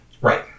right